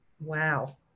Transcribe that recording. Wow